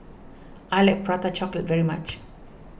I like Prata Chocolate very much